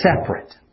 separate